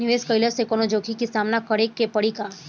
निवेश कईला से कौनो जोखिम के सामना करे क परि का?